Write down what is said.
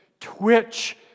twitch